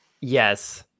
Yes